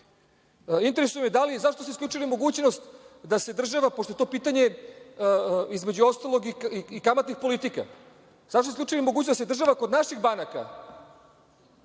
Interesuje me da li, i zašto ste isključili mogućnost da se država, pošto je to pitanje, između ostalog i kamatnih politika. Zašto ste isključili mogućnost da se država kod naših banaka